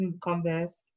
converse